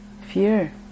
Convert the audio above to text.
fear